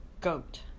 goat